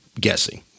guessing